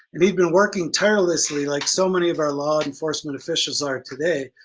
and he'd been working tirelessly, like so many of our law enforcement officials are today.